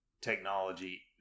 technology